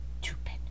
stupid